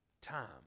time